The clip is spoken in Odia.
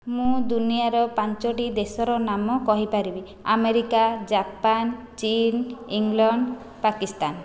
ମୁଁ ଦୁନିଆଁର ପାଞ୍ଚୋଟି ଦେଶର ନାମ କହିପାରିବି ଆମେରିକା ଜାପାନ ଚୀନ ଇଂଲଣ୍ଡ ପାକିସ୍ତାନ